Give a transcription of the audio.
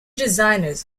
designers